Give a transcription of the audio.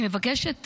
אני מבקשת,